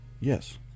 Yes